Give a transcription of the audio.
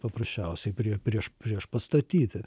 paprasčiausiai prie prieš priešpastatyti